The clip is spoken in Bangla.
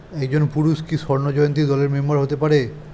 একজন পুরুষ কি স্বর্ণ জয়ন্তী দলের মেম্বার হতে পারে?